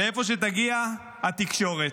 לאיפה שתגיע התקשורת.